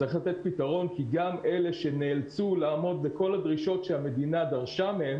כי גם אלה שנאלצו לעמוד בכל הדרישות שהמדינה דרשה מהם